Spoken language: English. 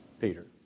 Peter